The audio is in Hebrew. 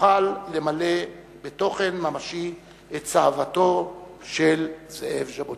נוכל למלא בתוכן ממשי את צוואתו של זאב ז'בוטינסקי.